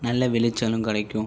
நல்ல விளைச்சலும் கிடைக்கும்